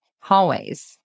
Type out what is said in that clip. hallways